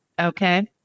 Okay